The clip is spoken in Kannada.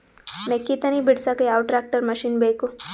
ಮೆಕ್ಕಿ ತನಿ ಬಿಡಸಕ್ ಯಾವ ಟ್ರ್ಯಾಕ್ಟರ್ ಮಶಿನ ಬೇಕು?